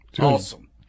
Awesome